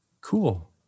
Cool